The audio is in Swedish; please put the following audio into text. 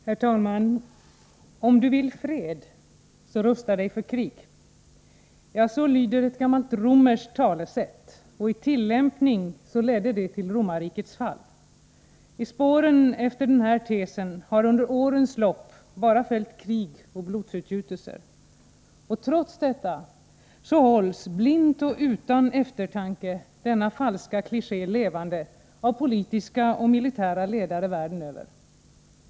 Herr talman! ”Om du vill fred, så rusta dig för krig!” Så lyder ett gammalt romerskt talesätt. I tillämpning ledde det till romarrikets fall. I spåren efter denna tes har under årens lopp bara följt krig och blodsutgjutelser. Trots detta hålls — blint och utan eftertanke — denna falska kliché levande av politiska och militära ledare världen över.